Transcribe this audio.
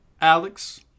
Alex